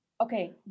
Okay